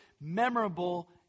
memorable